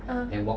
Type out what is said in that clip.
(uh huh)